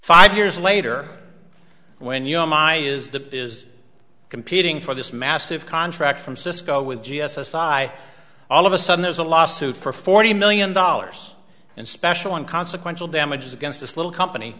five years later when you know my is the is competing for this massive contract from cisco with g s s i all of a sudden there's a law suit for forty million dollars and special on consequential damages against this little company